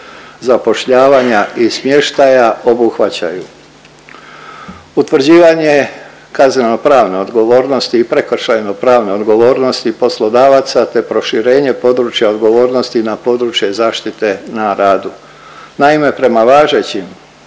zapošljavanja i smještaja obuhvaćaju, utvrđivanje kaznenopravne odgovornosti i prekršajno-pravne odgovornosti poslodavaca te proširenje područja odgovornosti na područje zaštite na radu. Naime, prema važećim